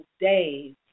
days